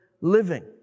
living